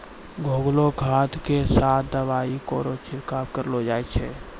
घोललो खाद क साथें दवाइयो केरो छिड़काव करलो जाय छै?